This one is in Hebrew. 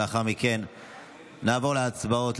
לאחר מכן נעבור להצבעות.